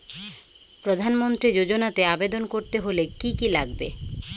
প্রধান মন্ত্রী যোজনাতে আবেদন করতে হলে কি কী লাগবে?